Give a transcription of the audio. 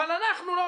אבל אנחנו - לא,